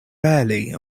rarely